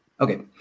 Okay